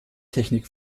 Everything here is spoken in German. technik